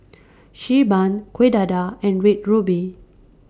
Xi Ban Kueh Dadar and Red Ruby